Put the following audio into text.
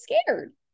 scared